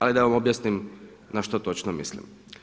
Ali da vam objasnim na što točno mislim.